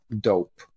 dope